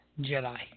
Jedi